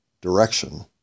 direction